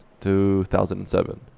2007